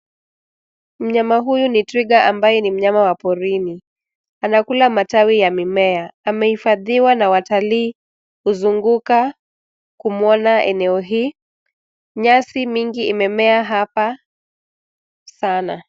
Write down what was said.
Mnyama huyu ni twiga ambaye ni mnyama wa porini. Anakula matawi ya mimea. Amehifadhiwa na watalii huzunguka kumwona eneo hii. Nyasi mingi imemea hapa sana.